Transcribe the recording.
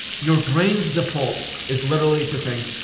your brain's default is literally to think,